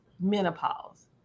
menopause